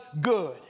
good